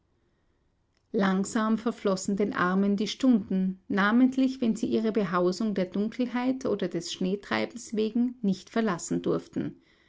langsam verflossen den armen die stunden namentlich wenn sie ihre behausung der dunkelheit oder des schneetreibens wegen nicht verlassen durften